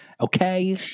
Okay